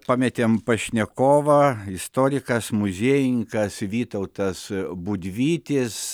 pametėm pašnekovą istorikas muziejininkas vytautas budvytis